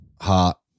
heart